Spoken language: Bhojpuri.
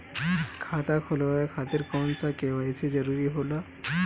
खाता खोलवाये खातिर कौन सा के.वाइ.सी जरूरी होला?